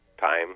time